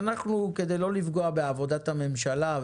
כדי לא לפגוע בעבודת הממשלה,